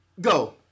Go